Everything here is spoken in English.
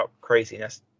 craziness